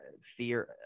fear